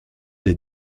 des